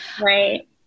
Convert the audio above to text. right